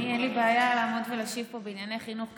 אין לי בעיה לעמוד פה ולהשיב בענייני חינוך,